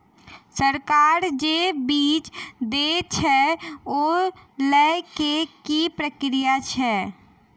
सरकार जे बीज देय छै ओ लय केँ की प्रक्रिया छै?